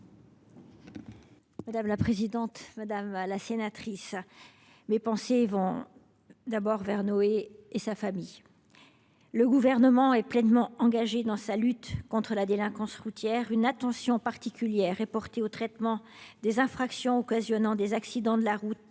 déléguée. Madame la sénatrice, mes pensées vont, tout d’abord, vers Noé et sa famille. Le Gouvernement est pleinement engagé dans la lutte contre la délinquance routière. Une attention particulière est portée au traitement des infractions entraînant des accidents de la route.